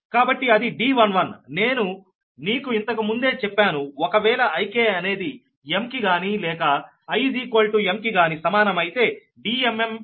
కాబట్టి అది D11 నేను నీకు ఇంతకు ముందే చెప్పాను ఒకవేళ Ik అనేది m కి గాని లేక i m కి గాని సమానమైతే Dmm r అవుతుంది